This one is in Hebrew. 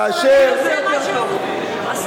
כאשר, זה נכון, לא יכולת להגדיר את זה יותר טוב.